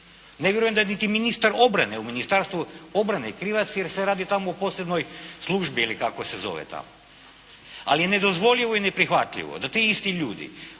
Ne vjerujem niti da je ministar obrane u Ministarstvu obrane krivac jer se radi tamo o posebnoj službi ili kako se zove tamo. Ali je nedozvoljivo i neprihvatljivo da ti isti ljudi